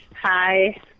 Hi